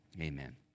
Amen